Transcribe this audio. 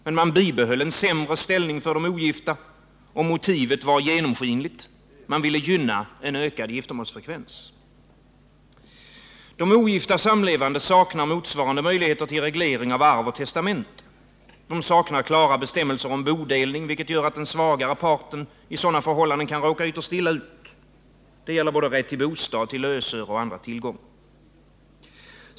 Men man bibehöll en sämre ställning för de ogifta, och motivet var genomskinligt: man ville gynna en ökad giftermålsfrekvens. De ogifta samlevande saknar motsvarande möjlighet till reglering av arv och testamente. De saknar klara bestämmelser om bodelning, vilket gör att den svagare parten i sådana förhållanden kan råka ytterst illa ut. Det gäller rätt till bostad, till lösöre och andra tillgångar.